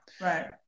Right